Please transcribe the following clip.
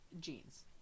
jeans